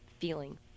feeling